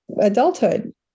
adulthood